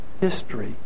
history